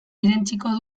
irentsiko